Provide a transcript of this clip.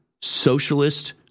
socialist